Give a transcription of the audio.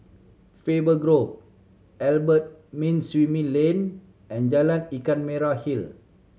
Faber Grove Albert Winsemius Lane and Jalan Ikan Merah Hill